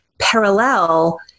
parallel